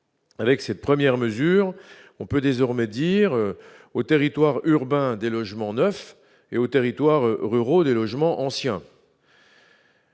Avec ses premières mesures, on peut désormais dire aux territoires urbains des logements neufs et aux territoires ruraux des logements anciens,